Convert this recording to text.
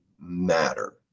matter